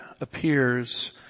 appears